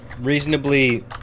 Reasonably